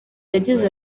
yagize